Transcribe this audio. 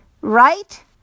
right